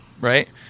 right